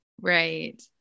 Right